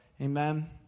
Amen